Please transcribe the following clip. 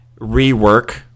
rework